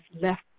left